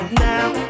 now